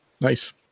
Nice